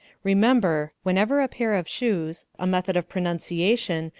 remember, whenever a pair of shoes, a method of pronunciation,